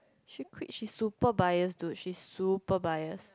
she quit she super bias dude she super bias